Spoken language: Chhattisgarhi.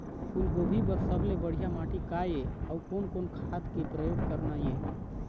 फूलगोभी बर सबले बढ़िया माटी का ये? अउ कोन कोन खाद के प्रयोग करना ये?